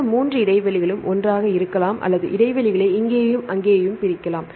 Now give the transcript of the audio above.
இந்த 3 இடைவெளிகளும் ஒன்றாக இருக்கலாம் அல்லது இடைவெளிகளை இங்கேயும் அங்கேயும் பிரிக்கலாம்